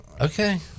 Okay